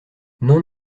non